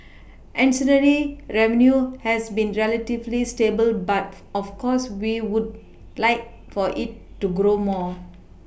ancillary revenue has been relatively stable but of course we would like for it to grow more